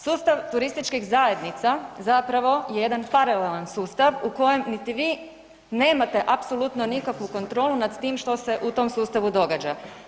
Sustav turističkih zajednica zapravo je jedan paralelan sustav u kojem niti vi nemate apsolutno nikakvu kontrolu nad tim što se u tom sustavu događa.